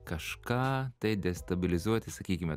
kažką tai destabilizuoti sakykime